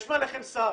יש מעליכם שר.